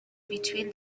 between